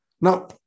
Now